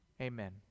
Amen